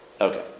Okay